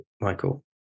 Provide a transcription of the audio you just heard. Michael